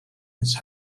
his